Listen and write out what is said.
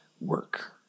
work